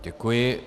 Děkuji.